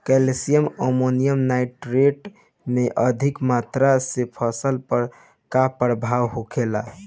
Calcium ammonium nitrate के अधिक मात्रा से फसल पर का प्रभाव होखेला?